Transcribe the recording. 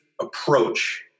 approach